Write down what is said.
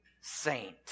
saint